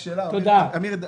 אמיר,